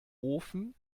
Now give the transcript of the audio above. ofen